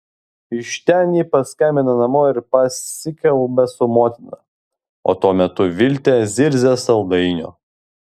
iš ten ji paskambina namo ir pasikalba su motina o tuo metu viltė zirzia saldainio